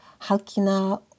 halkina